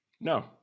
No